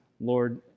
Lord